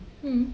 mm